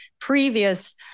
previous